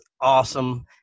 awesome